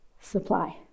supply